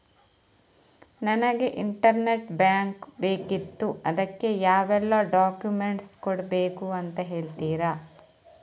ನನಗೆ internet bank ಬೇಕಿತ್ತು ಅದಕ್ಕೆ ಯಾವೆಲ್ಲಾ ಡಾಕ್ಯುಮೆಂಟ್ಸ್ ಕೊಡ್ಬೇಕು ಅಂತ ಹೇಳ್ತಿರಾ?